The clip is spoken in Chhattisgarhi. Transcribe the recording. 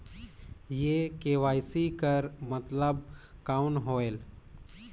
ये के.वाई.सी कर मतलब कौन होएल?